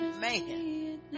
man